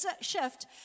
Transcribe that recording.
Shift